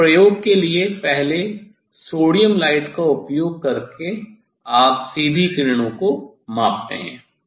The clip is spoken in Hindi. अब इस प्रयोग के लिए पहले सोडियम लाइट का उपयोग करके आप सीधी किरणों को मापते हैं